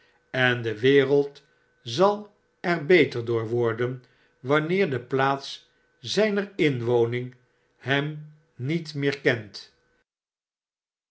en de wereld zal er beter door worden wanneer de plaats zyner inwoning hem niet meer kent